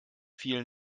vielen